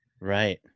right